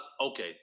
okay